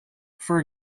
for